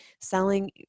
selling